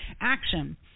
action